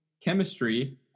chemistry